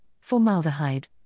formaldehyde